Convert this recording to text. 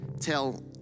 Tell